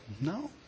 no